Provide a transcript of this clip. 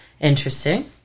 Interesting